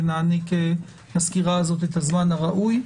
ונעניק לסקירה הזאת את הזמן הראוי.